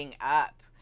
up